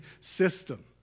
system